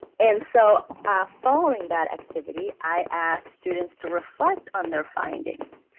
and so following that activity, i asked students to reflect on their findings